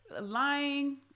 lying